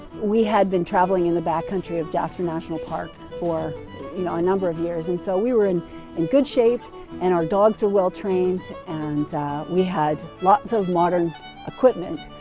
we had been traveling in the back country of jasper national parks for a ah number of years and so we were in in good shape and our dogs were well trained and we had lots of modern equipment.